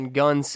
gun